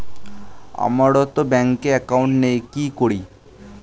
আমারতো ব্যাংকে একাউন্ট নেই কি করি?